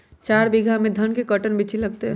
चार बीघा में धन के कर्टन बिच्ची लगतै?